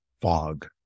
fog